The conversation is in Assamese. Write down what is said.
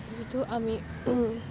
যিটো আমি